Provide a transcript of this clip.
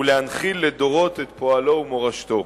ולהנחיל לדורות את פועלו ואת מורשתו.